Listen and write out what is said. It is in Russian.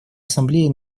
ассамблея